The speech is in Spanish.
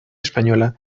española